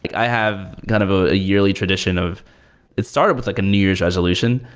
i have kind of a yearly tradition of it started with like a new year's resolution,